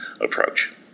approach